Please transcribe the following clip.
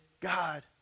God